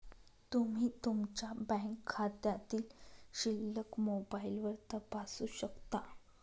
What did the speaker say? तुम्ही तुमच्या बँक खात्यातील शिल्लक मोबाईलवर तपासू शकता